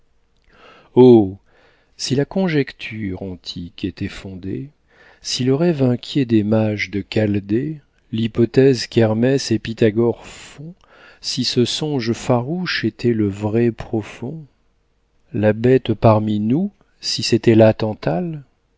oh si la conjecture antique était fondée si le rêve inquiet des mages de chaldée l'hypothèse qu'hermès et pythagore font si ce songe farouche était le vrai profond la bête parmi nous si c'était